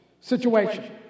situation